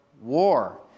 war